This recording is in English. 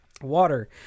water